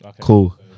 Cool